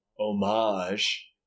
homage